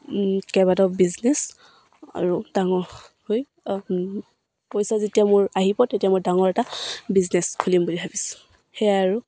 কেইবাটাও বিজনেছ আৰু ডাঙৰ হৈ পইচা যেতিয়া মোৰ আহিব তেতিয়া মই ডাঙৰ এটা বিজনেছ খুলিম বুলি ভাবিছোঁ সেয়াই আৰু